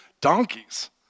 donkeys